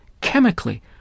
chemically